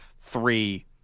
three